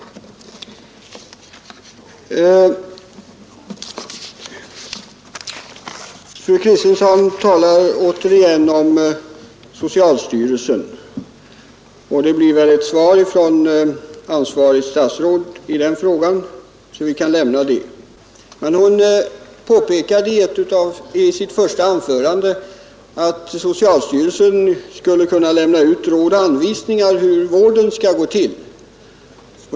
Fru Kristensson talar återigen om socialstyrelsen. Det kommer väl ett svar från ansvarigt statsråd i den frågan, så vi kan lämna den. Fru Kristensson påpekade emellertid i sitt första anförande att socialstyrelsen skulle kunna lämna ut råd och anvisningar om hur vården skall gå till.